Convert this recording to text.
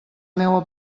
meua